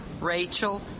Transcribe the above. Rachel